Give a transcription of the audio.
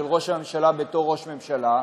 של ראש הממשלה בתור ראש ממשלה,